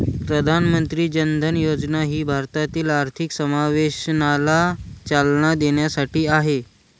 प्रधानमंत्री जन धन योजना ही भारतातील आर्थिक समावेशनाला चालना देण्यासाठी आहे